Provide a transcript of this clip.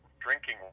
drinking